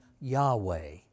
Yahweh